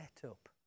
setup